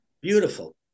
beautiful